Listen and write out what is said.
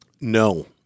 No